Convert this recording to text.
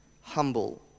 humble